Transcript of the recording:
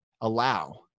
allow